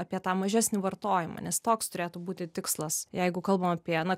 apie tą mažesnį vartojimą nes toks turėtų būti tikslas jeigu kalbam apie na